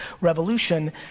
revolution